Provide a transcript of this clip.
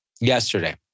yesterday